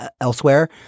elsewhere